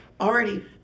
already